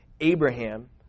Abraham